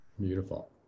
Beautiful